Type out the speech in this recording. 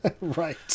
Right